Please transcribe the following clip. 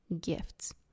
gifts